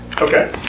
Okay